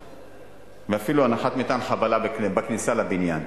ואפילו הנחת מטען חבלה בכניסה לבניין.